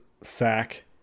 sack